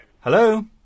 Hello